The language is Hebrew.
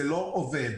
זה לא עובד.